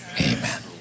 amen